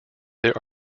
there